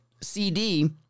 CD